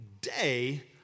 day